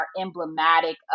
emblematic